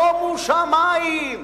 שומו שמים.